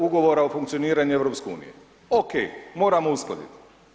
Ugovora o funkcioniranju EU, OK, moramo uskladiti.